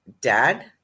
dad